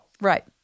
Right